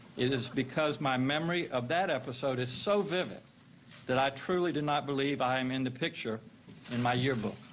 it is because my memory of that episode is so vivid that i truly do not believe i am in the picture in my yearbook.